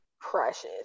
precious